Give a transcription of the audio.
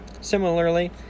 Similarly